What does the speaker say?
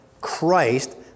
Christ